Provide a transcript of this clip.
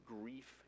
grief